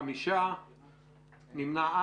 5 לא אושרה.